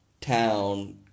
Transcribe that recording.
town